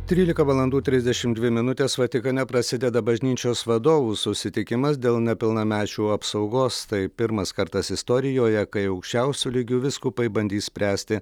trylika valandų trisdešimt dvi minutės vatikane prasideda bažnyčios vadovų susitikimas dėl nepilnamečių apsaugos tai pirmas kartas istorijoje kai aukščiausiu lygiu vyskupai bandys spręsti